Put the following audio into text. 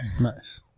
Nice